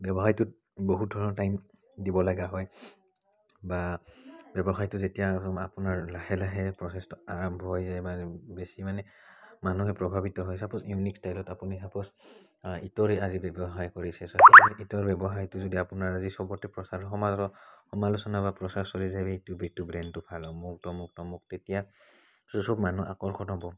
ব্যৱসায়টোত বহুত ধৰণৰ টাইম দিবলগীয়া হয় বা ব্যৱসায়টো যেতিয়া আপোনাৰ লাহে লাহে প্ৰচেছটো আৰম্ভ হয় যায় বা বেছি মানে মানুহে প্ৰভাৱিত হয় চাপ'জ ইউনিক ষ্টাইলত আপুনি চাপ'জ ইটৰে আজি ব্যৱসায় কৰিছে ব্যৱসায়টো যদি আপোনাৰ আজি সবতে প্ৰচাৰ সমাজত সমালোচনা বা প্ৰচাৰ চলি যাই ব্ৰেণ্ডটো ভাল অমুক তমুক তমুক তেতিয়া সব মানুহ আকৰ্ষণ হ'ব